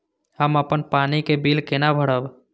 हम अपन पानी के बिल केना भरब?